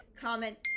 comment